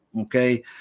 okay